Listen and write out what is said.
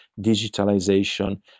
digitalization